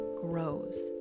grows